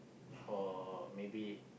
or maybe